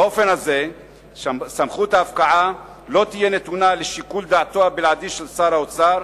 באופן הזה סמכות ההפקעה לא תהיה נתונה לשיקול דעתו הבלעדי של שר האוצר,